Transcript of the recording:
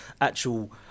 actual